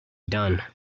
done